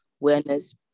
awareness